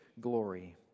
glory